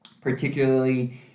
Particularly